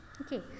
Okay